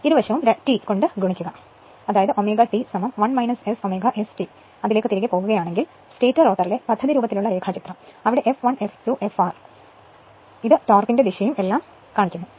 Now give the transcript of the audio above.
ഇരുവശവും t കൊണ്ട് ഗുണിക്കുക അതായത് ω T 1 S ω S T അതിലേക്ക് തിരികെ പോകുകയാണെങ്കിൽ സ്റ്റേറ്റർ റോട്ടറിലെ പദ്ധതിരൂപത്തിൽ ഉള്ള രേഖാചിത്രം അവിടെ f 1 f 2 f r ഉം ടോർക്കിന്റെ ദിശയും എല്ലാം ചൂണ്ടിക്കാണിക്കുന്നു